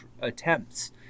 attempts